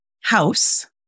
house